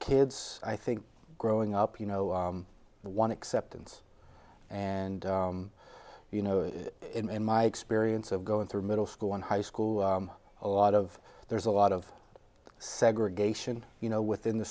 kids i think growing up you know one acceptance and you know in my experience of going through middle school and high school a lot of there's a lot of segregation you know within the